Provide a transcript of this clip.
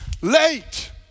late